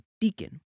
deacon